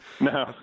No